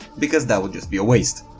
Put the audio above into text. because that would just be a waste.